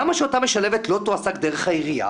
למה שאותה משלבת לא תועסק דרך העירייה